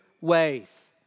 ways